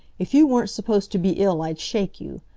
if you weren't supposed to be ill i'd shake you!